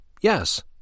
Yes